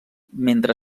mentre